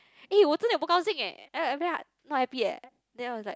eh 我真的也不高兴 leh not happy eh then I was like